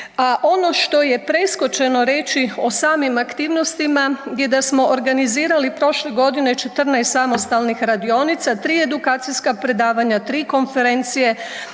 Ono što je preskočeno reći o samim aktivnostima je da smo organizirali prošle godine 14 samostalnih radionica, 3 edukacijska predavanja, 3 konferencije,